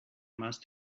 must